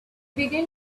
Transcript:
began